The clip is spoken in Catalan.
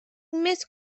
més